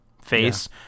face